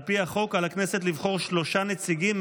על פי החוק על הכנסת לבחור שלושה נציגים,